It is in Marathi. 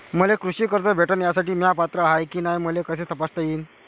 मले कृषी कर्ज भेटन यासाठी म्या पात्र हाय की नाय मले कस तपासता येईन?